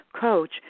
coach